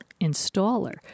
installer